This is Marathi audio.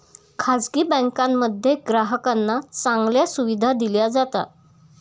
खासगी बँकांमध्ये ग्राहकांना चांगल्या सुविधा दिल्या जातात